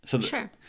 Sure